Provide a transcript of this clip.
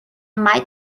might